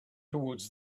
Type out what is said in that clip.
toward